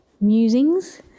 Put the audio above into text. musings